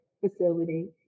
facility